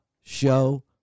show